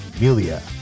Melia